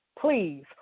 Please